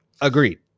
agreed